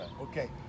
Okay